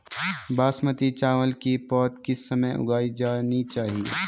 बासमती चावल की पौध किस समय उगाई जानी चाहिये?